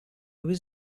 was